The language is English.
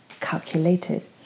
calculated